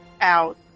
out